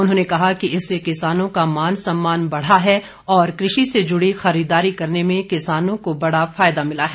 उन्होंने कहा कि इससे किसानों का मान सम्मान बढ़ा है और कृषि से जुड़ी खरीददारी करने में किसानों को बड़ा फायदा मिला है